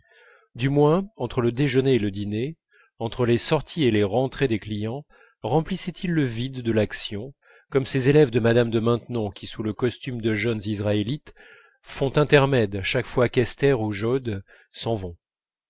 du moins entre le déjeuner et le dîner entre les sorties et les rentrées des clients remplissaient ils le vide de l'action comme ces élèves de mme de maintenon qui sous le costume de jeunes israélites font intermède chaque fois qu'esther ou joad s'en vont